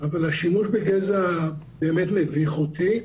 אבל השימוש ב"גזע" באמת מביך אותי.